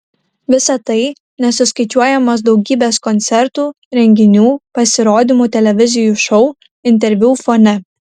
visa tai nesuskaičiuojamos daugybės koncertų renginių pasirodymų televizijų šou interviu fone